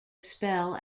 spell